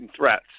threats